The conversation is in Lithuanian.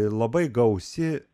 labai gausi